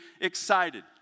excited